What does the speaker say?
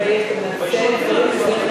בושה.